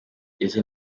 izi